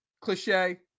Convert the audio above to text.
cliche